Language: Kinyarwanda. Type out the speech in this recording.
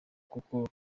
kuko